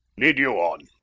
lead you on.